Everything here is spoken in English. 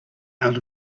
out